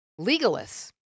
legalists